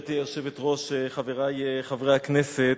גברתי היושבת-ראש, חברי חברי הכנסת,